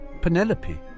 Penelope